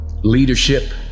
Leadership